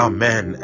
Amen